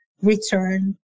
return